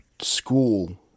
school